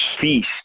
feast